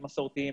הם מסורתיים,